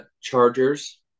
Chargers